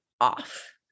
off